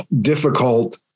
difficult